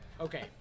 Okay